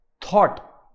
thought